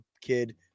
kid